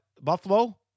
Buffalo